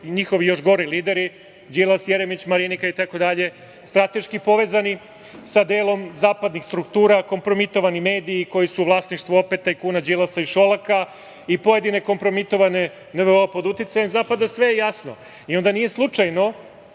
njihovi još gori lideri Đilas, Jeremić, Marinika itd, strateški povezani sa delom zapadnih struktura, kompromitovani mediji koji su u vlasništvu opet tajkuna Đilasa i Šolaka i pojedine kompromitovane NVO pod uticajem Zapada, sve je jasno. Onda nije slučajno